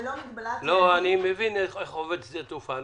ללא מגבלת -- אני מבין איך עובד שדה תעופה.